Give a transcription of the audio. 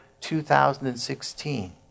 2016